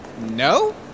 No